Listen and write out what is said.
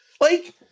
Like-